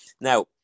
Now